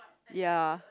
ya